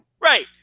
Right